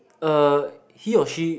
uh he or she